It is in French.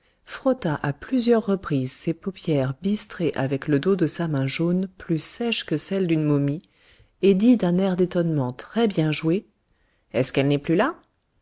frotta à plusieurs reprises ses paupières bistrées avec le dos de sa main jaune plus sèche que celle d'une momie et dit d'un air d'étonnement très bien joué est-ce qu'elle n'est plus là